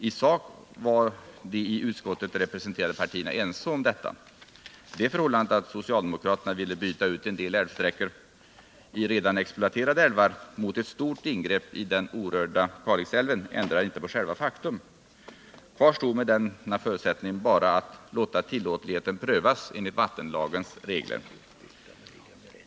I sak var de i utskottet representerade partierna ense om detta. Det förhållandet att socialdemokraterna ville byta ut en del älvsträckor i redan exploaterade älvar mot ett stort ingrepp i den orörda Kalixälven ändrar inte själva faktum. Med denna förutsättning återstod bara att låta tillåtligheten prövas enligt vattenlagens regler.